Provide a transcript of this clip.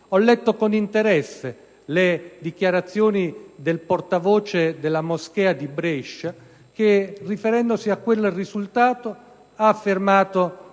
Ho letto con interesse le dichiarazioni del portavoce della moschea di Brescia che, riferendosi a quel risultato, ha affermato